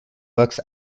works